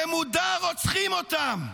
במודע רוצחים אותם.